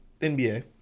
NBA